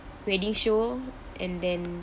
wedding show and then